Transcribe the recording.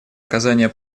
оказания